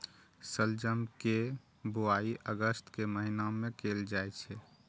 शलजम के बुआइ अगस्त के महीना मे कैल जाइ छै